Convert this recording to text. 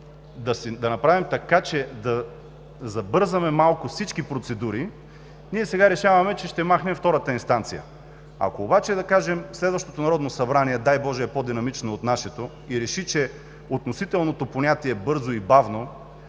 да направим така, че да забързаме малко всички процедури, сега решаваме, че ще махнем втората инстанция. Ако обаче, да кажем, следващото Народно събрание, дай Боже, е по-динамично от нашето и реши, че е относително понятие „бързо“ и „бавно“,